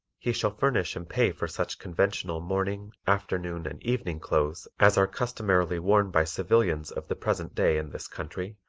he shall furnish and pay for such conventional morning, afternoon and evening clothes as are customarily worn by civilians of the present day in this country,